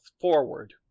forward